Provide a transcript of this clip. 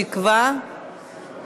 בתקווה,